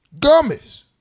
gummies